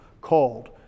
called